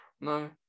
No